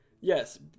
Yes